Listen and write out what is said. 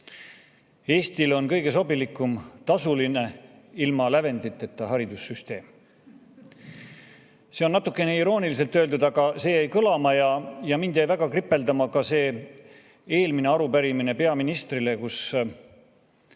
Eestile on kõige sobilikum tasuline ilma lävenditeta haridussüsteem. See on natuke irooniliselt öeldud, aga see jäi kõlama. Minul jäi väga kripeldama ka see eelmine arupärimine peaministrile, kus